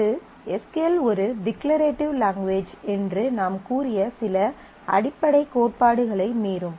இது S Q L ஒரு declarative language என்று நாம் கூறிய சில அடிப்படை கோட்பாடுகளை மீறும்